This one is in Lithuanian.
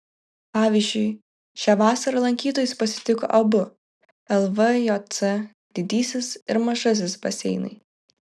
pavyzdžiui šią vasarą lankytojus pasitiko abu lvjc didysis ir mažasis baseinai